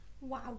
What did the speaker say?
wow